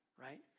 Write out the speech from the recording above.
right